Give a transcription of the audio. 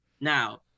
Now